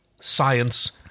science